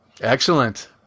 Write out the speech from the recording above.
Excellent